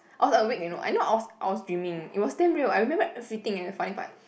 I was awake you know and not I was I was dreaming it was damn real I remember everything eh funny part